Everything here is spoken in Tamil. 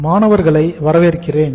மாணவர்களை வரவேற்கிறேன்